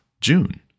June